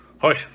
hi